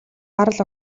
гарал